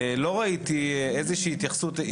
לא ראיתי איזושהי התייחסות,